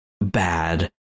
bad